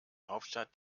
hauptstadt